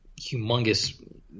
humongous